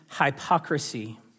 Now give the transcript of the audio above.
hypocrisy